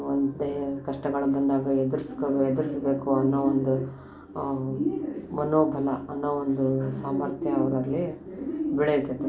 ಮುಂದೆ ಕಷ್ಟಗಳು ಬಂದಾಗ ಎದ್ರಿಸ್ಕೊ ಎದ್ರಿಸ್ಬೇಕು ಅನ್ನೋ ಒಂದು ಮನೋಬಲ ಅನ್ನೋ ಒಂದು ಸಾಮರ್ಥ್ಯ ಅವರಲ್ಲಿ ಬೆಳೆಯುತೈತೆ